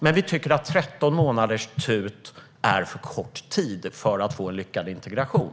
Men vi tycker att 13 månader är en för kort tid för tillfälliga uppehållstillstånd för att man ska få en lyckad integration.